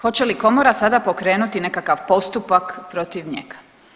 Hoće li Komora sada pokrenuti nekakav postupak protiv njega?